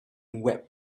wept